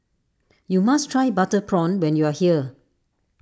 you must try Butter Prawn when you are here